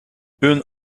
une